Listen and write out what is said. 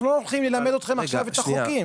אנחנו לא הולכים ללמד אתכם עכשיו את החוקים.